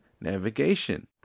navigation